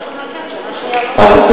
שנה ראשונה כן, שנה שנייה לא.